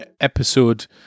episode